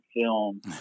film